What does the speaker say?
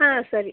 ಹಾಂ ಸರಿ